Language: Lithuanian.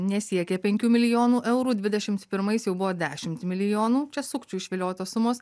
nesiekė penkių milijonų eurų dvidešims pirmais jau buvo dešimt milijonų čia sukčių išviliotos sumos